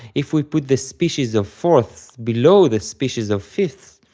if we put the species of four ths below the species of five ths,